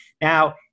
now